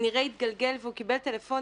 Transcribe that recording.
כנראה התגלגל והוא קיבל שיחות טלפון.